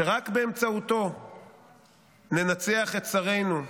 שרק באמצעותו ננצח את צרינו,